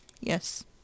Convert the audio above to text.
Yes